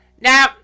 Now